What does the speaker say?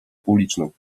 publiczną